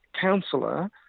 councillor